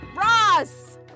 ross